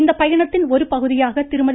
இந்த பயணத்தின் ஒருபகுதியாக திருமதி